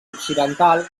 occidental